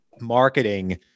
marketing